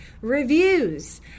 reviews